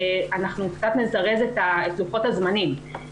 אנחנו קצת נזרז את לוחות הזמנים.